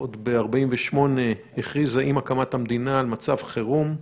עוד ב-48' הכריזה, עם הקמת המדינה, על מצב חירום.